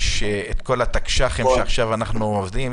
יש את כל התקש"חים שאנחנו עובדים עליהם,